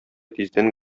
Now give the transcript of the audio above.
тиздән